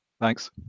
thanks